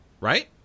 right